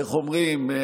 איך אומרים,